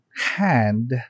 hand